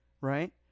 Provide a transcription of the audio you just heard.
right